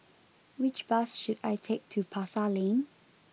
which bus should I take to Pasar Lane